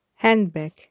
Handbag